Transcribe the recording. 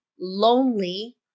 lonely